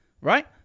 right